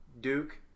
Duke